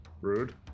Rude